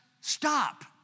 stop